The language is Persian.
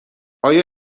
آیا